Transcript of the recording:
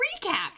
recap